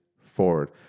forward